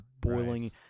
boiling